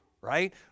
right